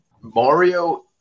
Mario